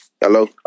Hello